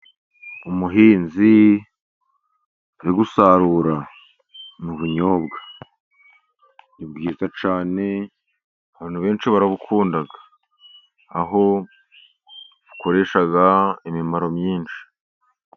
Umuhinzi uri gusarura ubunyobwa ni bwiza cyane, abantu benshi baragukunda, aho tubukoresha imimaro myinshi.